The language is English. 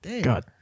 God